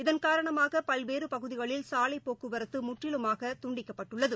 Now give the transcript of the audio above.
இதன் காரணமாக பல்வேறு பகுதிகளில் சாலை போக்குவரத்து முற்றிலுமாக துண்டிக்கப்பட்டுள்ளது